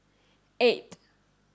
eight